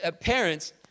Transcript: Parents